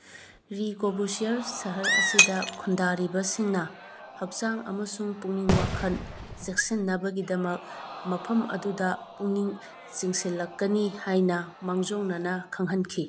ꯂꯤ ꯀꯣꯕꯨꯁꯤꯌꯔꯁ ꯁꯍꯔ ꯑꯁꯤꯗ ꯈꯨꯟꯗꯥꯔꯤꯕꯁꯤꯡꯅ ꯍꯛꯆꯥꯡ ꯑꯃꯁꯨꯡ ꯄꯨꯛꯅꯤꯡ ꯋꯥꯈꯜ ꯆꯦꯛꯁꯤꯟꯅꯕꯒꯤꯗꯃꯛ ꯃꯐꯝ ꯑꯗꯨꯗ ꯄꯨꯛꯅꯤꯡ ꯆꯤꯡꯁꯤꯜꯂꯛꯀꯅꯤ ꯍꯥꯏꯅ ꯃꯥꯡꯖꯧꯅꯅ ꯈꯪꯍꯟꯈꯤ